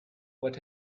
what